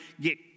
get